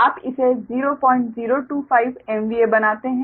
आप इसे 0025 MVA बनाते हैं